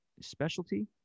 specialty